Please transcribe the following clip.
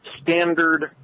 Standard